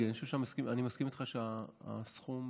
אני מסכים איתך שהסכום